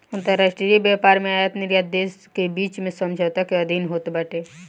अंतरराष्ट्रीय व्यापार में आयत निर्यात देस के बीच में समझौता के अधीन होत बाटे